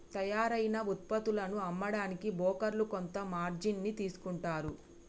తయ్యారైన వుత్పత్తులను అమ్మడానికి బోకర్లు కొంత మార్జిన్ ని తీసుకుంటారు